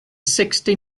sixty